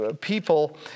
people